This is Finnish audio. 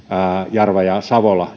jarva ja savola